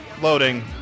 Loading